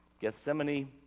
Gethsemane—